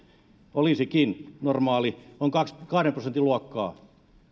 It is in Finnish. olisikin normaali on kahden prosentin luokkaa